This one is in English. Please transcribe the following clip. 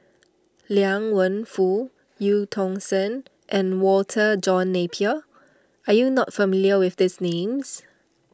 Liang Wenfu Eu Tong Sen and Walter John Napier are you not familiar with these names